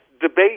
debate